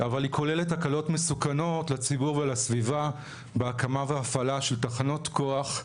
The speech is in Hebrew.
אבל היא כוללת הקלות מסוכנות לציבור ולסביבה בהקמה והפעלה של תחנות כוח,